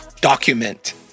document